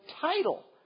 title